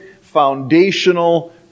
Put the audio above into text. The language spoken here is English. foundational